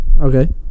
Okay